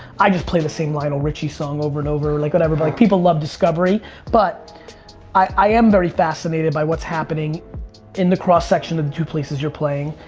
i just play the same lionel richie song over and over like whatever. but like people love discovery but i am very fascinated by what's happening in the cross-section of the two places you're playing.